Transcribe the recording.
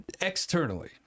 externally